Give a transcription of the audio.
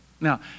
Now